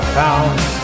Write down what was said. pounds